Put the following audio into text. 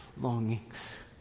longings